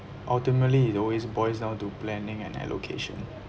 ultimately it always boils down to planning and allocation